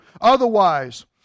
otherwise